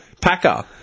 Packer